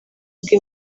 bwe